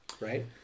right